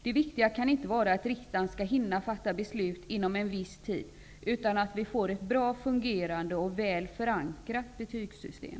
Det viktiga kan inte vara att riksdagen skall hinna fatta beslut inom en viss tid utan att vi får ett bra fungerande och väl förankrat betygssystem.